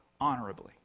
honorably